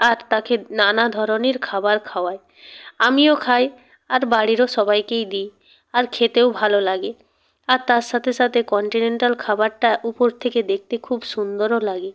আর তাকে নানা ধরনের খাবার খাওয়াই আমিও খাই আর বাড়িরও সবাইকেই দিই আর খেতেও ভালো লাগে আর তার সাথে সাথে কন্টিনেন্টাল খাবারটা উপর থেকে দেখতে খুব সুন্দরও লাগে